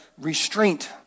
restraint